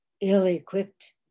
ill-equipped